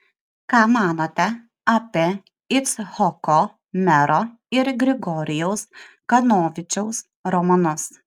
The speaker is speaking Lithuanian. ką manote apie icchoko mero ir grigorijaus kanovičiaus romanus